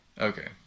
Okay